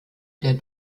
der